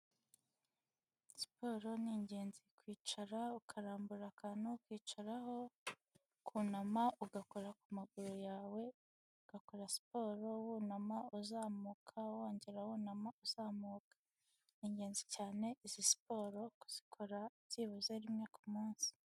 Siporo ni ingenzi, kwicara ukarambura akantu ukicaraho, ukunama, ugakora ku maguru yawe, ugakora siporo wunama uzamuka, wongera wunama uzamuka. Ni ingenzi cyane izi siporo kuzikora byibuze rimwe ku munsi.